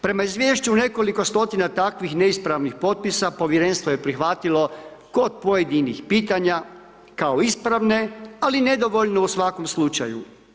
Prema izvješću nekoliko stotina takvih neispravnih potpisa, povjerenstvo je prihvatilo kod pojedinih pitanja kao ispravne, ali nedovoljno u svakom slučaju.